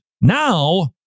now